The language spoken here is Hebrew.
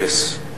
אפס,